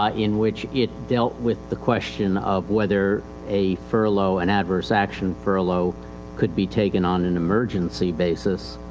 ah in which it dealt with the question of whether a furlough, an adverse action furlough could be taken on an emergency basis.